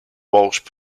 walsh